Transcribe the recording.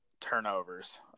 turnovers